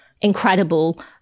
incredible